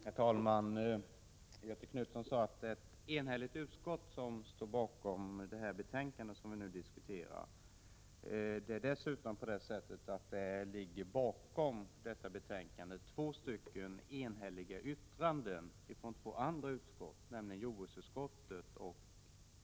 Herr talman! Göthe Knutson sade att ett enhälligt utskott står bakom det betänkande som vi nu diskuterar. Till detta betänkande är dessutom två enhälliga yttranden från jordbruksutskottet och näringsutskottet fogade.